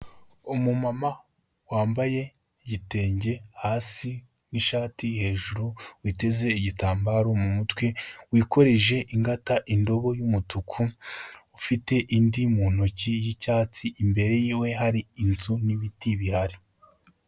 Umumama wambaye igitenge hasi n'ishati hejuru, witeze igitambaro mu mutwe wikoreje ingata indobo y'umutuku ufite indi mu ntoki y'icyatsi, imbere yiwe hari inzu n'ibiti bihari.